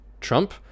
Trump